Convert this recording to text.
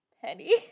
Penny